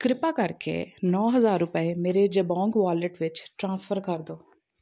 ਕਿਰਪਾ ਕਰਕੇ ਨੌਂ ਹਜ਼ਾਰ ਰੁਪਏ ਮੇਰੇ ਜਬੋਂਗ ਵਾਲੇਟ ਵਿੱਚ ਟ੍ਰਾਂਸਫਰ ਕਰ ਦਿਓ